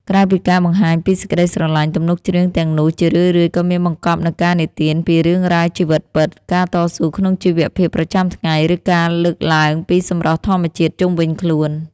ក្រៅពីការបង្ហាញពីសេចក្តីស្រឡាញ់ ទំនុកច្រៀងទាំងនោះជារឿយៗក៏មានបង្កប់នូវការនិទានពីរឿងរ៉ាវជីវិតពិត ការតស៊ូក្នុងជីវភាពប្រចាំថ្ងៃ ឬការលើកឡើងពីសម្រស់ធម្មជាតិជុំវិញខ្លួន